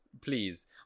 please